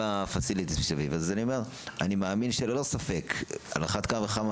אני מאמין שללא ספק על אחת כמה וכמה